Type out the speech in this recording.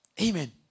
Amen